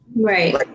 Right